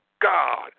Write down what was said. God